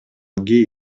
гей